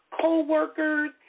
co-workers